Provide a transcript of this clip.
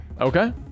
Okay